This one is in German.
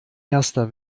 erster